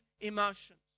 emotions